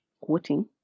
quoting